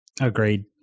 Agreed